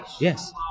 Yes